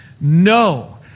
No